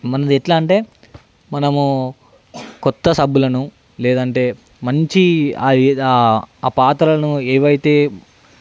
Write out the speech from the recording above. మనది ఎట్లా అంటే మనము కొత్త సబ్బులను లేదంటే మంచి పాత్రలను ఏవైతే